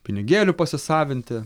pinigėlių pasisavinti